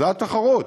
זו התחרות.